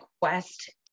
quest